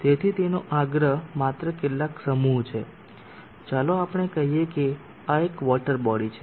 તેથી તેનો આગ્રહ માત્ર કેટલાક સમૂહ છે ચાલો આપણે કહીએ કે આ એક વોટર બોડી છે